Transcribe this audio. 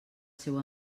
seu